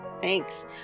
Thanks